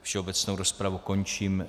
Všeobecnou rozpravu končím.